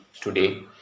today